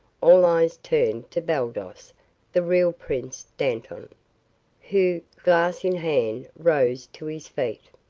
all eyes turned to baldos the real prince dantan who, glass in hand, rose to his feet.